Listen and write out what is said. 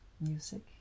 music